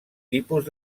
tipus